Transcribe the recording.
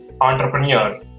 entrepreneur